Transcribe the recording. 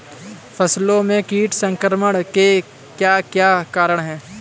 फसलों में कीट संक्रमण के क्या क्या कारण है?